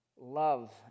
Love